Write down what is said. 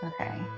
Okay